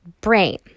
brain